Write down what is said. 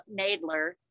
Nadler